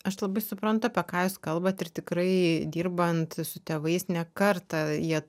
aš labai suprantu apie ką jūs kalbat ir tikrai dirbant su tėvais ne kartą jie